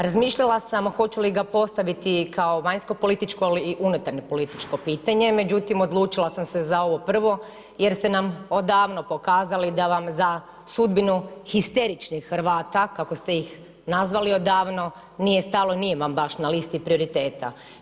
Razmišljala sam hoću li ga postaviti kao vanjsko-političko ili unutarnje-političko pitanje međutim odlučila sam se za ovo prvo jer ste nam odavno pokazali da vam za sudbinu histeričnih Hrvata kako ste ih nazvali odavno nije stalo, nije vam baš na listi prioriteta.